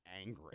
angry